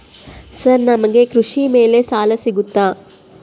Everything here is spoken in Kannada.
ಸರ್ ನಮಗೆ ಕೃಷಿ ಮೇಲೆ ಸಾಲ ಸಿಗುತ್ತಾ?